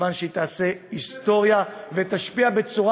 מכיוון שהיא תעשה היסטוריה ותשפיע בצורה